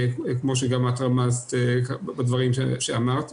כמו שגם את רמזת בדברים שאמרת.